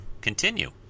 continue